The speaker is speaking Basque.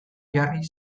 jarri